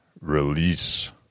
release